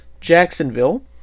Jacksonville